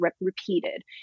repeated